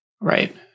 Right